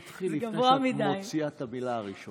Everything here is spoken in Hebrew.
אני לא מתחיל לפני שאת מוציאה את המילה הראשונה.